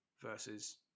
versus